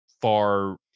far